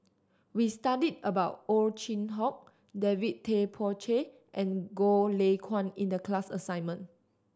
we studied about Ow Chin Hock David Tay Poey Cher and Goh Lay Kuan in the class assignment